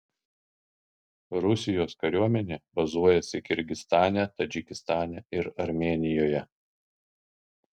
rusijos kariuomenė bazuojasi kirgizstane tadžikistane ir armėnijoje